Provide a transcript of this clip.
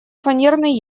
фанерный